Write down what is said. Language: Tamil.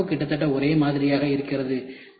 ஆனால் வகுப்பு கிட்டத்தட்ட ஒரே மாதிரியாக இருக்கிறது